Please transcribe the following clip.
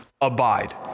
Abide